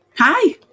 Hi